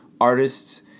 artists